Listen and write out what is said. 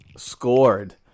Scored